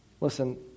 Listen